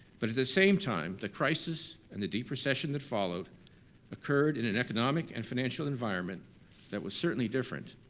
but, at the same time, the crisis and the deep recession that followed occurred in an economic and financial environment that was certainly different,